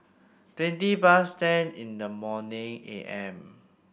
twenty past ten in the morning A M